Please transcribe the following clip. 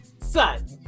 son